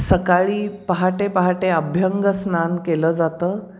सकाळी पहाटे पहाटे अभ्यंग स्नान केलं जातं